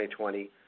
2020